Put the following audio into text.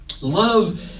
Love